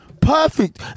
Perfect